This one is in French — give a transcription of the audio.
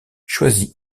choisit